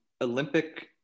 Olympic